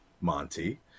Monty